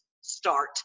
start